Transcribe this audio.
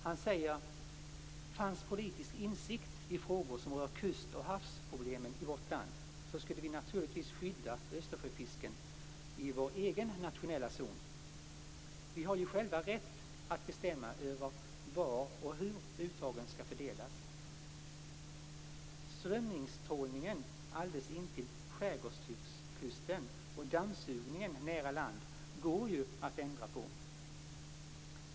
Han säger: Fanns politisk insikt i frågor som rör kust och havsproblemen i vårt land skulle vi naturligtvis skydda Östersjöfisken i vår egen nationella zon. Vi har ju själva rätt att bestämma över var och hur uttagen skall fördelas. Strömmingstrålningen alldeles intill skärgårdskusten och "dammsugningen" nära land går ju att ändra på.